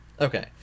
okay